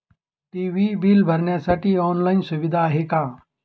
TV bill भरण्यासाठी online सुविधा आहे का?